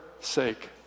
sake